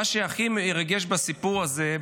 מה שהכי מרגש בסיפור הזה,